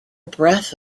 breath